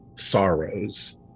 sorrows